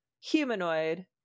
humanoid